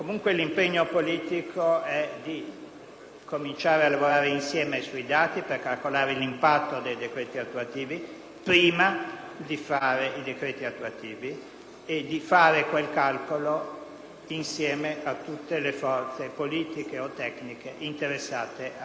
di iniziare a lavorare insieme sui dati per calcolare l'impatto dei decreti attuativi prima di emanarli e di realizzare quel calcolo insieme a tutte le forze politiche o tecniche interessate a tale esercizio.